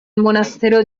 monastero